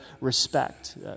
respect